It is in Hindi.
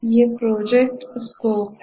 ये प्रोजेक्ट स्कोप हैं